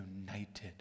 united